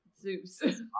Zeus